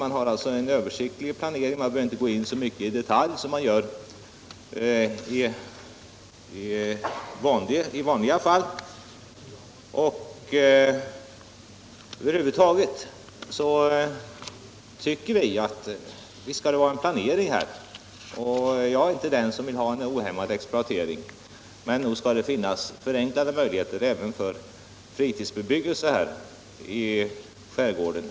Man gör alltså en översiktlig planering men behöver inte gå in i detalj så mycket som man gör i vanliga fall. Visst skall det vara en planering — jag är inte den som vill ha en ohämmad exploatering - men nog skall det finnas förenklade möjligheter även för fritidsbebyggelse i skärgården.